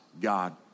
God